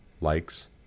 likes